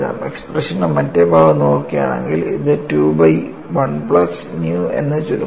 എക്സ്പ്രഷന്റെ മറ്റേ ഭാഗം നോക്കുകയാണെങ്കിൽ ഇത് 2 ബൈ 1 പ്ലസ് ന്യൂ എന്ന് ചുരുങ്ങുന്നു